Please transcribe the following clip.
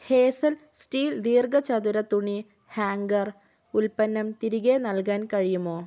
Hazel steel ദീർഘചതുര തുണി hanger ഉൽപ്പന്നം തിരികെ നൽകാൻ കഴിയുമോ